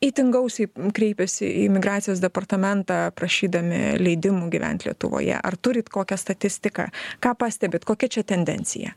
itin gausiai kreipėsi į migracijos departamentą prašydami leidimų gyvent lietuvoje ar turit kokią statistiką ką pastebit kokia čia tendencija